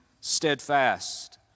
steadfast